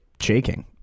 shaking